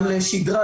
גם לשגרה,